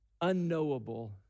unknowable